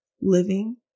living